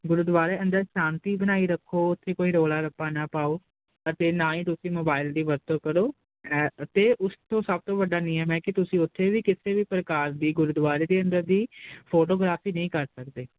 ਗੁਰਦੁਆਰੇ ਅੰਦਰ ਸ਼ਾਂਤੀ ਬਣਾਈ ਰੱਖੋ ਉਥੇ ਕੋਈ ਰੌਲਾ ਨਹੀਂ ਪਤਾ ਪਾਓ ਅਤੇ ਨਾ ਹੀ ਤੁਸੀਂ ਮੋਬਾਈਲ ਦੀ ਵਰਤੋਂ ਕਰੋ ਤੇ ਉਸ ਤੋਂ ਸਭ ਤੋਂ ਵੱਡਾ ਨਿਯਮ ਹੈ ਕਿ ਤੁਸੀਂ ਉੱਥੇ ਵੀ ਕਿਤੇ ਵੀ ਪ੍ਰਕਾਰ ਦੀ ਗੁਰਦੁਆਰੇ ਦੇ ਅੰਦਰ ਦੀ ਫੋਟੋਗ੍ਰਾਫੀ ਨਹੀਂ ਕਰ ਸਕਦੇ